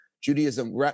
Judaism